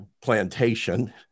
plantation